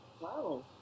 Wow